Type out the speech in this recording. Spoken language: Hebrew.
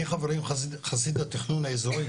אני חסיד התכנון האזורי,